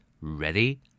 Ready